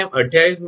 તે 𝑑𝑐 2